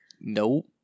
Nope